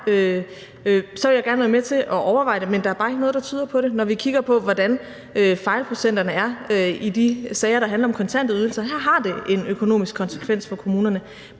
ville jeg gerne være med til at overveje det, men der er bare ikke noget, der tyder på det, når vi kigger på, hvordan fejlprocenterne er i de sager, der handler om kontante ydelser. Her har det en økonomisk konsekvens for kommunerne,